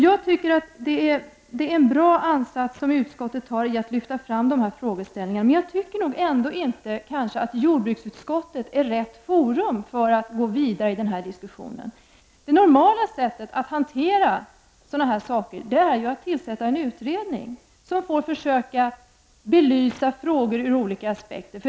Jag tycker att det är en bra ansats som utskottet gör med att lyfta fram frågeställningarna, men jag tycker ändå inte att jordbruksutskottet är rätt forum för att gå vidare i den här diskussionen. Det normala sättet att hantera sådana här saker är ju att tillsätta en utredning som får försöka belysa frågorna ur olika aspekter.